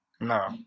No